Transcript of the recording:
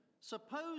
suppose